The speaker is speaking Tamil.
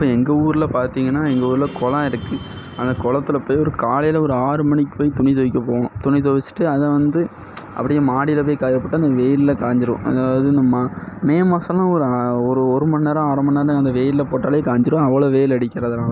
இப்போ எங்கள் ஊரில் பார்த்தீங்கனா எங்கள் ஊரில் குளம் இருக்குது அந்த குளத்துல போய் ஒரு காலையில் ஒரு ஆறு மணிக்கு போய் துணி துவைக்க போவோம் துணி துவச்சிட்டு அதை வந்து அப்படியே அந்த மாடியில் போய் காயப்போட்டால் அந்த வெயிலில் காஞ்சுடும் அதாவது நம்ம மே மாதம்ல்லாம் ஒரு ஒரு ஒரு மணி நேரம் அரை மணிநேரம் அந்த வெயிலில் போட்டாலே காஞ்சுடும் அவ்வளோ வெயில் அடிக்கிறதுனால்